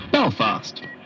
Belfast